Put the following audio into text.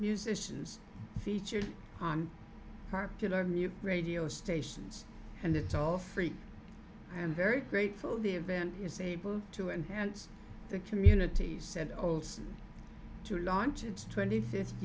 musicians featured on particularly new radio stations and it's all free and very grateful the event is able to enhance the community said olsen to launch its twenty fifth